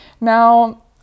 Now